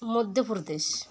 Madhya Pradesh